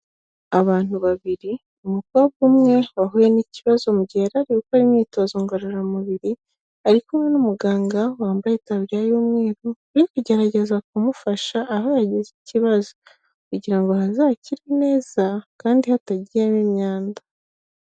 Abantu babiri umukobwa umwe wahuye n'ikibazo mu gihe yarari gukora imyitozo ngororamubiri, ari kumwe n'umuganga wambaye itaburiya y'umweru uri kugerageza kumufasha aho yagize ikibazo, kugira ngo hazakire neza kandi hatagiyemo imyanda.